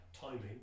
timing